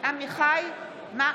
עמיחי שיקלי,